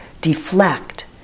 deflect